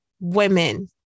women